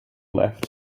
left